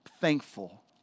thankful